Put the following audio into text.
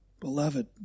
beloved